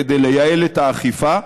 כדי לייעל את האכיפה.